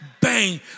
bang